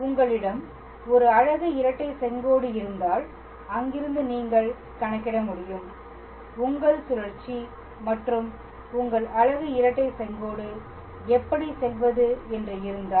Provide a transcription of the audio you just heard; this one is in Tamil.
உங்களிடம் ஒரு அலகு இரட்டை செங்கோடு இருந்தால் அங்கிருந்து நீங்கள் கணக்கிட முடியும் உங்கள் சுழற்சி மற்றும் உங்கள் அலகு இரட்டை செங்கோடு எப்படி சொல்வது என்று இருந்தால்